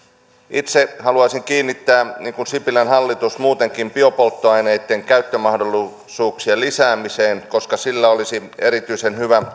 itse haluaisin kiinnittää huomiota niin kuin sipilän hallitus muutenkin biopolttoaineitten käyttömahdollisuuksien lisäämiseen koska sillä olisi erityisen hyvä